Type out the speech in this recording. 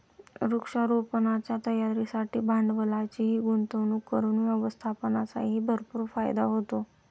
वृक्षारोपणाच्या तयारीसाठी भांडवलाची गुंतवणूक करून व्यवसायाचाही भरपूर फायदा होतो